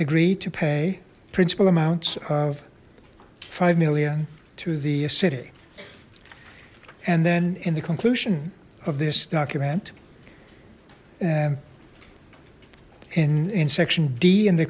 agree to pay principal amounts of five million to the city and then in the conclusion of this document in in section d in the